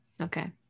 okay